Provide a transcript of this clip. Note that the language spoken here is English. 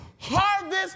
harvest